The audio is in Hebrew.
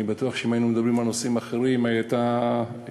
אני בטוח שאם היינו מדברים על נושאים אחרים היו יותר כותרות,